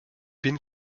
bin